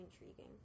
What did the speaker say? intriguing